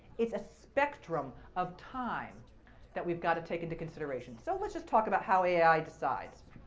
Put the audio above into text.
it's a spectrum of time that we've got to take into consideration. so let's just talk about how ai decides.